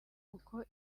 kuko